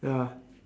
ya